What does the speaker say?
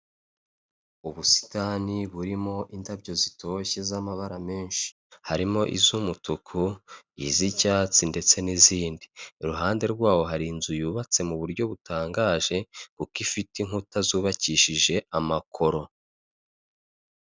Ubusitani burimo indabyo zitoshye z'amabara menshi, harimo iz'umutuku, iz'icyatsi ndetse n'izindi, i ruhande rwawo hari inzu yubatse mu buryo butangaje kuko ifite inkuta zubakishije amakoro.